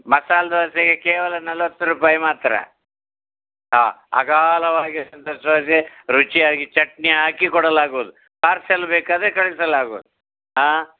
ಮಸಾಲೆ ದೋಸೆಗೆ ಕೇವಲ ನಲ್ವತ್ತು ರೂಪಾಯಿ ಮಾತ್ರ ಹಾಂ ಅಗಲವಾಗಿ ರುಚಿಯಾಗಿ ಚಟ್ನಿ ಹಾಕಿ ಕೊಡಲಾಗುವುದು ಪಾರ್ಸೆಲ್ ಬೇಕಾದರೆ ಕಳಿಸಲಾಗುವುದು ಹಾಂ